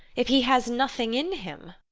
if he has nothing in him